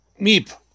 Meep